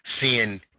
seeing